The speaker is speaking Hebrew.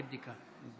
לבדיקה.